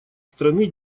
страны